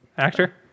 Actor